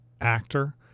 actor